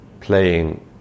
playing